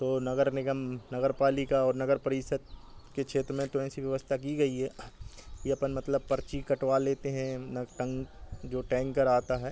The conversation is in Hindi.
तो नगर निगम नगर पालिका और नगर परिषद के क्षेत्र में तो ऐसी व्यवस्था की गई है कि अपन मतलब पर्ची कटवा लेते हैं ना टंक जो टैंकर आता है